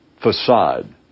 facade